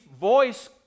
voice